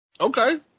Okay